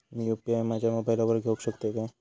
मी UPI माझ्या मोबाईलावर घेवक शकतय काय?